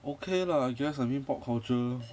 okay lah I guess I mean pop culture